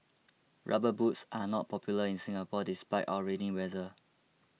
rubber boots are not popular in Singapore despite our rainy weather